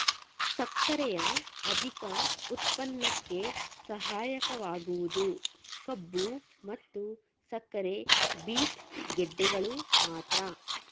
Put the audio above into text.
ಸಕ್ಕರೆಯ ಅಧಿಕ ಉತ್ಪನ್ನಕ್ಕೆ ಸಹಾಯಕವಾಗುವುದು ಕಬ್ಬು ಮತ್ತು ಸಕ್ಕರೆ ಬೀಟ್ ಗೆಡ್ಡೆಗಳು ಮಾತ್ರ